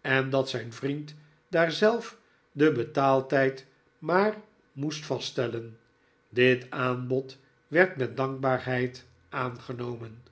en dat zijn vriend daar zelf den betaaltijd maar moest vaststellen dit aanbod werd met dankbaarheid aangenomen